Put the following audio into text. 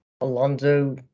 Alonso